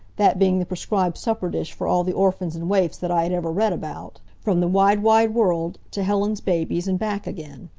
that being the prescribed supper dish for all the orphans and waifs that i had ever read about, from the wide, wide world to helen's babies, and back again.